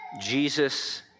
Jesus